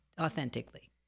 authentically